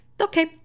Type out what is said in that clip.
Okay